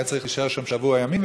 והוא היה צריך להישאר שם שבוע ימים,